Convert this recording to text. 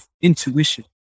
Intuition